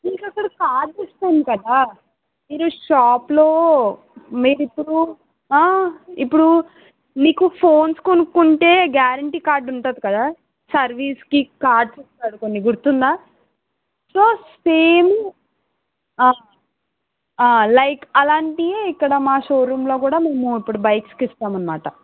మీకక్కడ card ఇస్తాను కదా మీరు షాపులో మీరిప్పుడు ఇప్పుడు మీకు ఫోన్స్ కొనుక్కుంటే గ్యారంటీ కార్డ్ ఉంటుంది కదా సర్వీసుకి కార్డ్ ఇస్తారు కొన్ని గుర్తుందా సో సేమ్ లైక్ అలాంటివే ఇక్కడ మా షోరూంలో కూడా మేము ఇప్పుడు బైక్స్ కి ఇస్తామన్నమాట